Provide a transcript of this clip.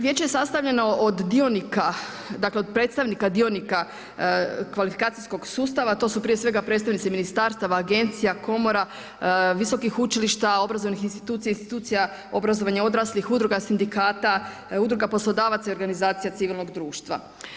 Vijeće je sastavljeno od dionika dakle od predstavnika dionika kvalifikacijskog sustava, to su prije svega predstavnici ministarstava, agencija, komora, visokih učilišta, obrazovnih institucija, institucija obrazovanja odraslih, udruga sindikata, udruga poslodavaca i organizacija civilnog društva.